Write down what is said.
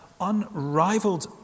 unrivaled